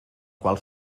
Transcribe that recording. qual